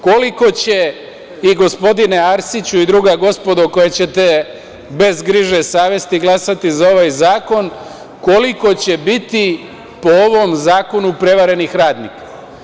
Koliko će, gospodine Arsiću i druga gospodo koji ćete bez griže savesti glasati za ovaj zakon, koliko će biti po ovom zakonu prevarenih radnika.